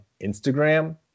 Instagram